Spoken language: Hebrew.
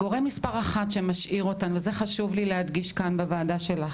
גורם מספר אחד שמשאיר אותנו זה חשוב לי להדגיש כאן בוועדה שלך.